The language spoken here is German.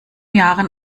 jahren